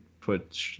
put